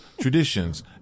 traditions